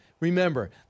Remember